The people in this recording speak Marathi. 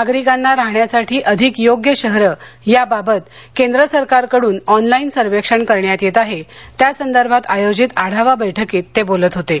नागरिकांना राहण्यासाठी अधिक योग्य शहरे याबाबत केंद्र सरकारकडून ऑनलाईन सर्वेक्षण करण्यात येत आहे त्यासंदर्भात आयोजित आढावा बैठकीत ते बोलत होते